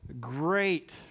great